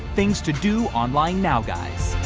things to do online now guys.